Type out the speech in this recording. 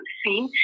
seen